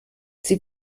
sie